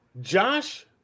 Josh